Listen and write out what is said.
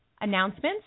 announcements